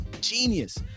genius